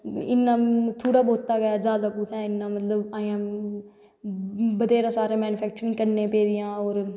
इन्ना थोह्ड़ा बौह्त्ता गै ऐ असें इन्ना मतलव बत्ङेरैं सारैं मैनफैक्चरिंग करनां पेदियां और